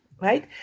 right